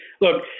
look